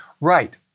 Right